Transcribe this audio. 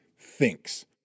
thinks